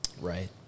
Right